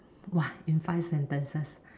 !wah! in five sentences